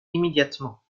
immédiatement